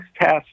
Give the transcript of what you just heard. test